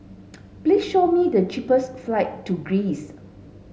please show me the cheapest flight to Greece